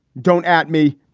don't at me.